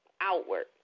outward